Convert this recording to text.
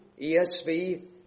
ESV